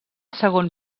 segon